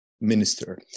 minister